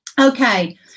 okay